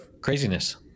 craziness